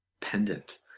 pendant